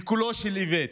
בקולו של איווט: